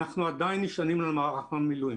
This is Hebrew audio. אנחנו עדיין נשענים על מערך המילואים.